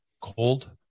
cold